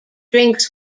drinks